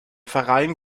verein